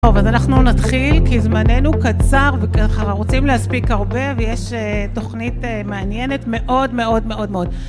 טוב, אז אנחנו נתחיל כי זמננו קצר וככה רוצים להספיק הרבה ויש תוכנית מעניינת מאוד מאוד מאוד מאוד.